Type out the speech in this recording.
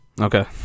Okay